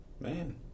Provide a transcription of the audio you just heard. man